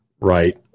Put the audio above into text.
right